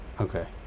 Okay